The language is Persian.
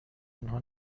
آنها